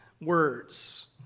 words